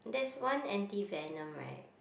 is one anti venom right